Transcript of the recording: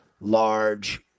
large